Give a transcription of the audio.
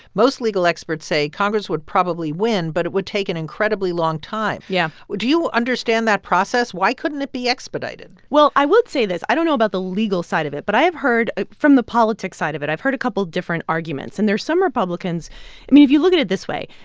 most legal experts say congress would probably win, but it would take an incredibly long time yeah do you understand that process? why couldn't it be expedited? well, i will say this. i don't know about the legal side of it. but i have heard from the politics side of it, i've heard a couple different arguments. and there's some republicans i mean, if you look at it this way,